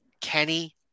Kenny